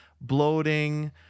bloating